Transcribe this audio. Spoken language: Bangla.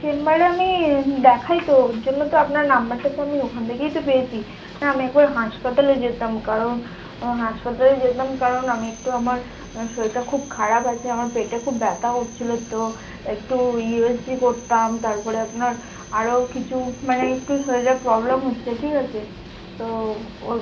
চেম্বারে আমি দেখাই তো ওর জন্য তো আপনার নাম্বারটা তো আমি ওখান থেকেই তো পেয়েছি আমি একবার হাসপাতালে যেতাম কারণ হাসপাতালে যেতাম কারণ আমি একটু আমার শরীরটা খুব খারাপ আছে আমার পেটে খুব ব্যথা হচ্ছিল তো একটু ইউএসজি করতাম তারপরে আপনার আরও কিছু মানে একটু শরীরে প্রবলেম হচ্ছে ঠিক আছে তো ও